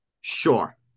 Sure